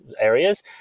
areas